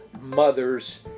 Mother's